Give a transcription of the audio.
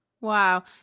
Wow